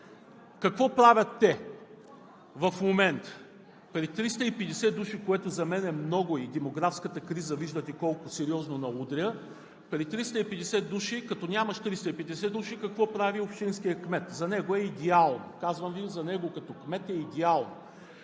Какво правят те в момента? При 350 души, което за мен е много, и демографската криза виждате колко сериозно ни удря, като нямаш 350 души, какво прави общинският кмет? За него е идеално. Казвам Ви: за него като кмет е идеално.